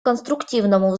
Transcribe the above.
конструктивному